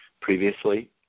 previously